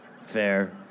Fair